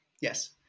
yes